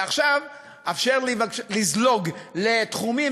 ועכשיו אפשר לי בבקשה לזלוג לתחומים